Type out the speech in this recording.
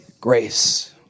Grace